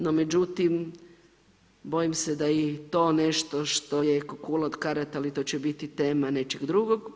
No, međutim bojim se da i to nešto što je ko kula od karata, ali to će biti tema nečeg drugog.